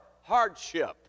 hardship